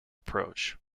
approach